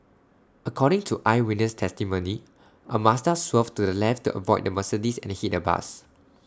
according to eyewitness testimony A Mazda swerved to the left to avoid the Mercedes and hit A bus